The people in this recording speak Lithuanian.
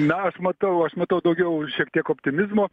na aš matau aš matau daugiau šiek tiek optimizmo